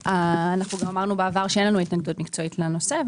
ואנחנו גם אמרנו בעבר שאין לנו התנגדות מקצועית לנושא,